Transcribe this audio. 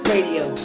Radio